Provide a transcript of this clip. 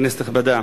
כנסת נכבדה,